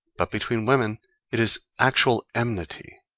but between women it is actual enmity.